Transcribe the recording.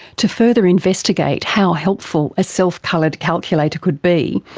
to further investigate how helpful a self coloured calculator could be,